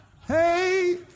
Hey